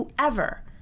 whoever